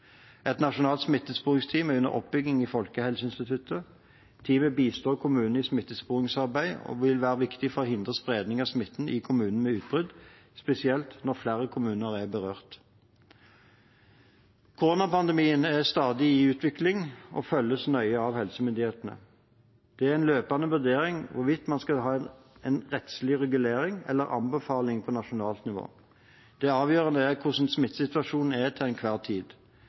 Et nasjonalt smittesporingsteam er under oppbygging i Folkehelseinstituttet. Teamet bistår kommunene i smittesporingsarbeid og vil være viktig for å hindre spredning av smitten i kommuner med utbrudd, spesielt når flere kommuner er berørt. Koronapandemien er i stadig utvikling og følges nøye av helsemyndighetene. Det er en løpende vurdering hvorvidt man skal ha en rettslig regulering eller anbefalinger på nasjonalt nivå. Det avgjørende er hvordan smittesituasjonen er til enhver tid.